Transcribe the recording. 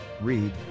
Read